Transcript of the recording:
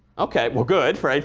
ok, well good, right?